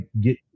get